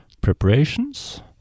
preparations